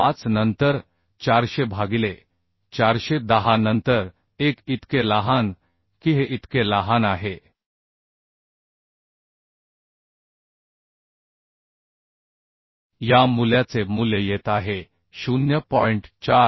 25 नंतर 400 भागिले 410 नंतर 1 इतके लहान की हे इतके लहान आहे या मूल्याचे मूल्य येत आहे 0